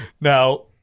Now